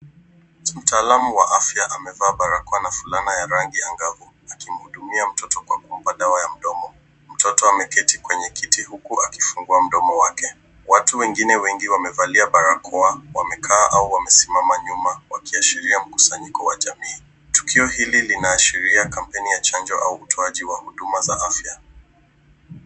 Mtaalamu wa afya amevaa barakoa na fulana ya rangi angavu, akimhudumia mtoto kwa kumpa dawa ya mdomo. Mtoto ameketi kwenye kiti huku akifungua mdomo wake. Watu wengine wengi wamevalia barakoa wamekaa au wamesimama nyuma wakiashiria mkusanyiko wa jamii. Tukio hili linaashiria kampeni ya chanjo au utuwaji wa huduma za afya.